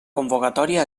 convocatòria